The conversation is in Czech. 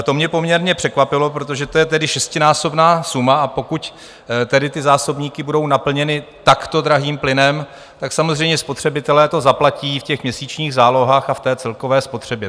To mě poměrně překvapilo, protože to je šestinásobná suma, a pokud tedy ty zásobníky budou naplněny takto drahým plynem, tak samozřejmě spotřebitelé to zaplatí v těch měsíčních zálohách a v té celkové spotřebě.